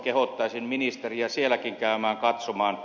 kehottaisin ministeriä sielläkin käymään katsomassa